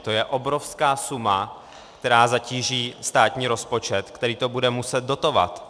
To je obrovská suma, která zatíží státní rozpočet, který to bude muset dotovat.